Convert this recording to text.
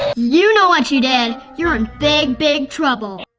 you know what you did. you're in big big trouble.